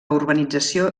urbanització